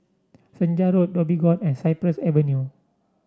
Senja Road Dhoby Ghaut and Cypress Avenue